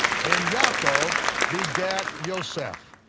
and yaakov begat yoseph,